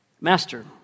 Master